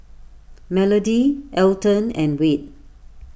Melody Alton and Wade